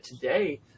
today